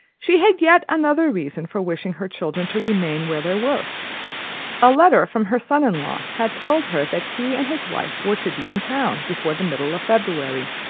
she had yet another reason for wishing her children to remain where they were a letter from her son-in-law had told her that he and his wife were to be in town before the middle of february,